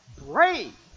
brave